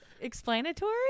Explanatory